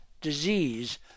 disease